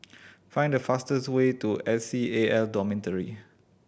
find the fastest way to S C A L Dormitory